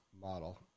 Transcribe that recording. model